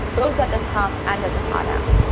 both at the top and at the bottom,